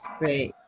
great.